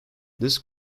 this